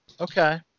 Okay